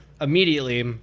immediately